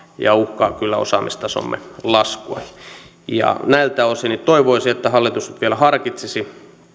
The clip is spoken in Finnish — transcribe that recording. ja uhkaa kyllä osaamistasomme laskua näiltä osin toivoisin että hallitus vielä harkitsisi